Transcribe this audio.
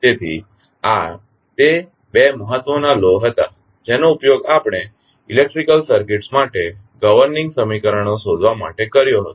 તેથી આ તે બે મહત્વના લૉ હતા જેનો ઉપયોગ આપણે ઇલેક્ટ્રીકલ સર્કિટ્સ માટે ગવર્નીંગ સમીકરણો શોધવા માટે કર્યો હતો